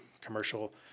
commercial